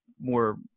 more